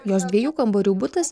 jos dviejų kambarių butas